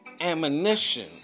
ammunition